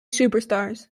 superstars